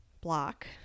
block